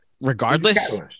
regardless